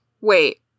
Wait